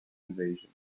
invasion